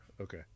Okay